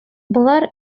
болар